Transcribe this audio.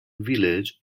village